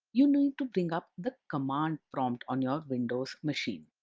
you need to bring up the command prompt on your windows machine.